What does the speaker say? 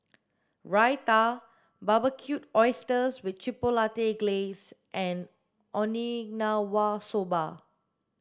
Raita Barbecued Oysters with Chipotle Glaze and Okinawa Soba